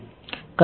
convergence